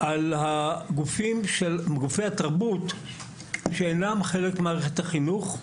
הוא על גופי התרבות שאינם חלק ממערכת החינוך,